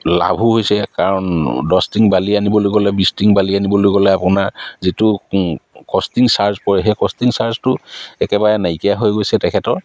লাভো হৈছে কাৰণ দহটিং বালি আনিবলৈ গ'লে বিছটিং বালি আনিবলৈ গ'লে আপোনাৰ যিটো কষ্টিং চাৰ্জ পৰে সেই কষ্টিং চাৰ্জটো একেবাৰে নাইকিয়া হৈ গৈছে তেখেতৰ